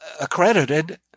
accredited